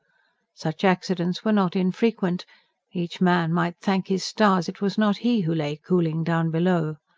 such accidents were not infrequent each man might thank his stars it was not he who lay cooling down below.